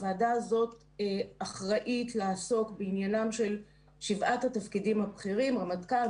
הוועדה הזאת אחראית לעסוק בעניינם של שבעת התפקידים הבכירים רמטכ"ל,